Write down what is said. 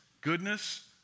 goodness